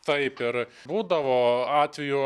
taip ir būdavo atvejų